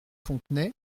fontenay